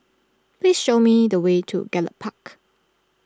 please show me the way to Gallop Park